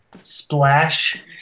splash